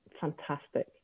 fantastic